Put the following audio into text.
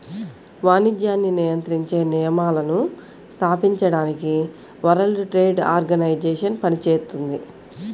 వాణిజ్యాన్ని నియంత్రించే నియమాలను స్థాపించడానికి వరల్డ్ ట్రేడ్ ఆర్గనైజేషన్ పనిచేత్తుంది